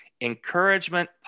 encouragement